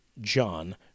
John